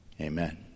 Amen